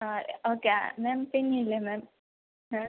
ആ okay ma'am പിന്നെ ഇല്ലേ മാം ആ